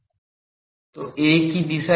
तो A की दिशा क्या है